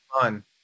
fun